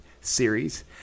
series